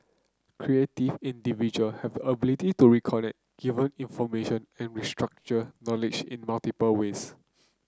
creative individual have ability to reconnect given information and restructure knowledge in multiple ways